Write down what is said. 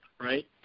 right